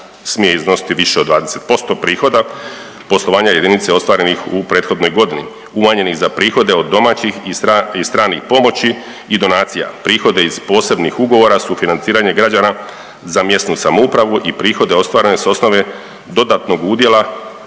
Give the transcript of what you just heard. smije iznositi više od 20% prihoda poslovanja jedinice ostvarenih u prethodnoj godini umanjenih za prihode od domaćih i stranih pomoći i donacija, prihode iz posebnih ugovora, sufinanciranje građana za mjesnu samoupravu i prihode ostvarene sa osnove dodatnog udjela